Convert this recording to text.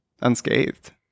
unscathed